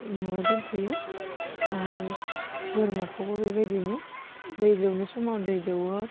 न'वाव दोनफैयो आरो बोरमाखौबो बेबायदिनो दै दौनाय समाव दै दौवो